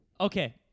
Okay